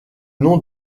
nom